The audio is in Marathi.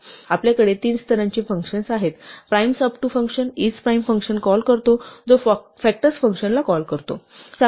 आपल्याकडे तीन स्तरांची फंक्शन्स आहेत primesupto function isprime function call करतो जो factors फंक्शन कॉल करतो